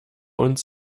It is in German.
uns